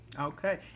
Okay